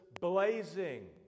blazing